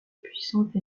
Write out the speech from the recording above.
puissante